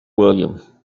william